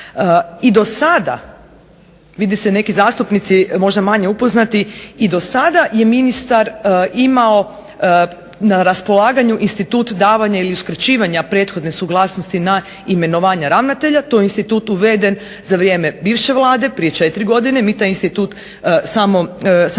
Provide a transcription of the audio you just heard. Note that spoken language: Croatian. I do sada vidi se neki zastupnici možda manje upoznati i do sada je ministar imao na raspolaganju institut davanja ili uskraćivanja prethodne suglasnosti na imenovanja ravnatelja. To je institut uveden za vrijeme bivše Vlade prije četiri godine. Mi taj institut samo